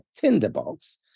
tinderbox